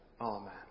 Amen